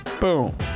boom